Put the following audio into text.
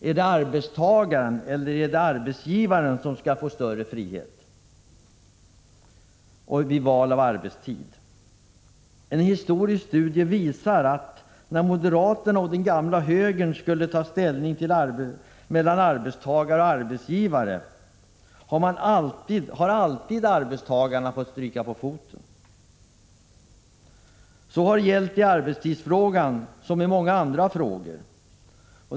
Är det arbetstagaren eller arbetsgivaren som skall få större frihet i val av arbetstid? En historisk studie visar att när moderaterna och den gamla högern skulle ta ställning mellan arbetstagare och arbetsgivare har alltid arbetstagaren fått stryka på foten. Så har gällt i arbetstidsfrågan som i många andra frågor.